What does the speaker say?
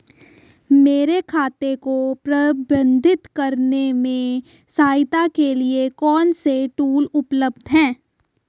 मेरे खाते को प्रबंधित करने में सहायता के लिए कौन से टूल उपलब्ध हैं?